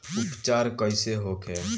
उपचार कईसे होखे?